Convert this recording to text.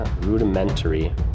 rudimentary